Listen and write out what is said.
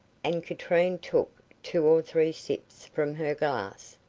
and katrine took two or three sips from her glass,